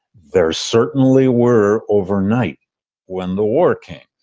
there certainly were overnight when the war came.